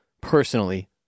personally